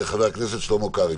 חבר הכנסת שלמה קרעי, בבקשה.